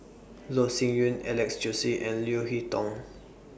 Loh Sin Yun Alex Josey and Leo Hee Tong